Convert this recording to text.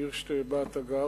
העיר שבה אתה גר,